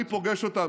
אני פוגש אותם,